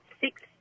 six